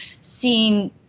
seeing